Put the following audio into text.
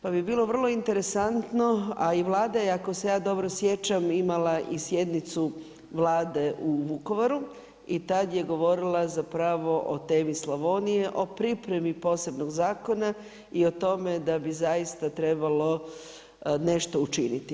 Pa bi bilo vrlo interesantno, a i Vlada je, ako se ja dobro sjećam imala i sjednicu Vlade u Vukovaru i tada je govorila zapravo o temi Slavonije, o pripremi posebnog zakona i o tome da bi zaista trebalo nešto učiniti.